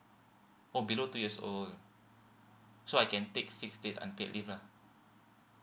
oh below two years old so I can take six days unpaid leave lah